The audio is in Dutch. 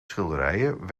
schilderijen